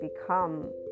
become